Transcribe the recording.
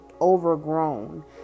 overgrown